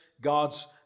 God's